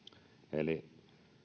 eli